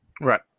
Right